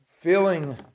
feeling